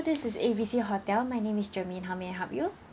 this is A B C hotel my name is germaine how may I help you